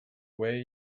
way